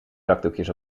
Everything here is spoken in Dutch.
zakdoekjes